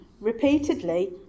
repeatedly